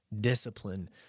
Discipline